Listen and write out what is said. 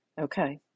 Okay